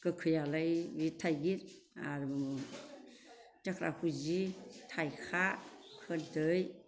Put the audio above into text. गोखैआलाय थाइगिर आरो थेख्ला खुजि थाइखा खोरदै